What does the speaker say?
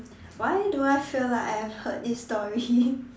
why do I feel like I have heard this story